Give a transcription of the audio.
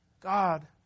God